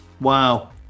Wow